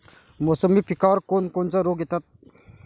मोसंबी पिकावर कोन कोनचे रोग येतात?